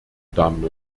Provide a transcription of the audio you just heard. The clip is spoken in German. damen